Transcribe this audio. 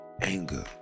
anger